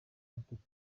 batatu